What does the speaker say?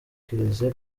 kiliziya